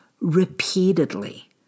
repeatedly